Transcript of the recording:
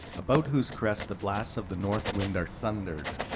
about whose crests the blasts of the north wind are sundered.